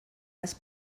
les